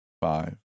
Five